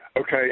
Okay